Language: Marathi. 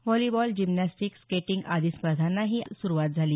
व्हॉलिबॉल जिम्नॅस्टिक स्केटिंग आदी स्पर्धांनाही काल सुरुवात झाली